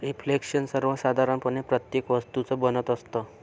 reflection सर्वसाधारणपणे प्रत्येक वस्तूचं बनत असतं